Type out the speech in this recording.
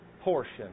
portion